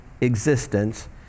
existence